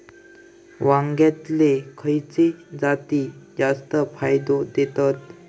वांग्यातले खयले जाती जास्त फायदो देतत?